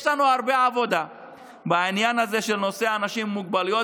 יש לנו הרבה עבודה בעניין של אנשים עם מוגבלויות